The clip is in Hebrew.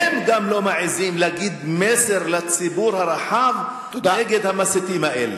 גם הם לא מעזים להגיד מסר לציבור הרחב נגד המסיתים האלה.